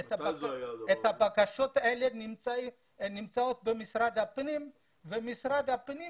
הבקשות האלה נמצאות במשרד הפנים ולמשרד הפנים